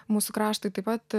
mūsų kraštui taip pat